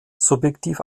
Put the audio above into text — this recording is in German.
subjektiv